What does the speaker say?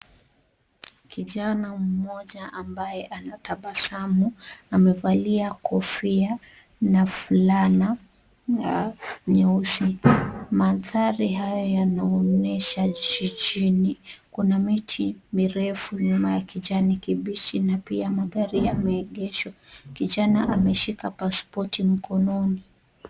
Kijana mmoja ambaye anatabasamu, amevalia kofia na fulana nyeusi. Mandhari haya yanaonyesha jijini. Kuna miti mirefu nyuma ya kijani kibichi na pia magari yameegeshwa. Kijana ameshika pasipoti mkononi.